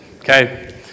Okay